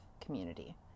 community